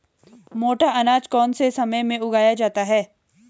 मोटा अनाज कौन से समय में उगाया जाता है?